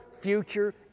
future